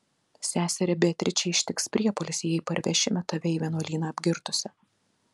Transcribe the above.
seserį beatričę ištiks priepuolis jei parvešime tave į vienuolyną apgirtusią